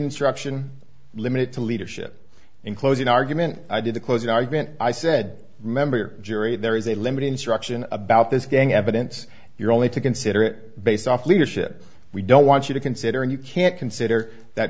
instruction limited to leadership in closing argument i did the closing argument i said remember jury there is a limit instruction about this gang evidence you're only to consider it based off leadership we don't want you to consider and you can't consider that